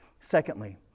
Secondly